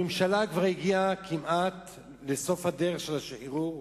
הממשלה כבר הגיעה כמעט עד סוף הדרך של השחרור,